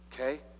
okay